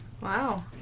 Wow